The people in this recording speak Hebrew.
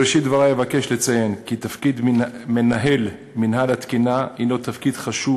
בראשית דברי אבקש לציין כי תפקיד מנהל מינהל התקינה הוא תפקיד חשוב